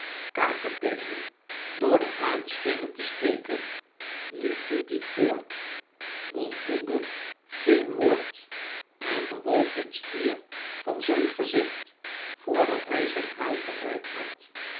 kakebeenen door de huid schenen te steken liep de dief voort mompelde geen woord en bewoog geen spier van zijn gezicht voordat hij zijn huis bereikt had